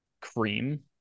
cream